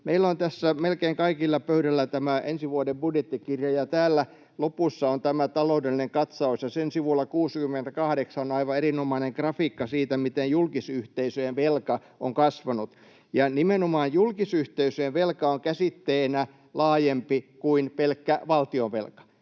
Meillä on tässä melkein kaikilla pöydällä tämä ensi vuoden budjettikirja, ja täällä lopussa on tämä taloudellinen katsaus, ja sen sivulla 68 on aivan erinomainen grafiikka siitä, miten julkisyhteisöjen velka on kasvanut. Nimenomaan julkisyhteisöjen velka on käsitteenä laajempi kuin pelkkä valtionvelka.